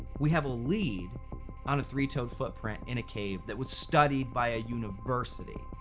we have a lead on a three-toed footprint in a cave that was studied by a university.